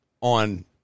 on